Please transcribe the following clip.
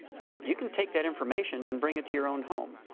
but you can take that information and bring it to your own home.